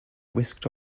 whisked